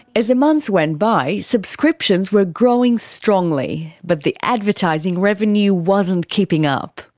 as the months went by, subscriptions were growing strongly, but the advertising revenue wasn't keeping up.